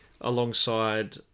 alongside